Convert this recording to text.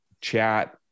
chat